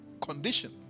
condition